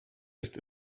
ist